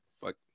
fuck